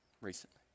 recently